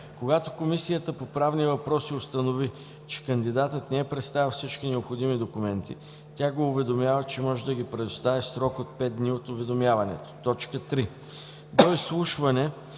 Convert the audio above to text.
Когато Комисията по правни въпроси установи, че кандидатът не е представил всички необходими документи, тя го уведомява, че може да ги представи в срок от 5 дни от уведомяването. 3. До изслушване